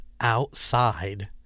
outside